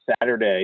Saturday